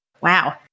Wow